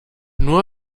nur